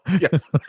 yes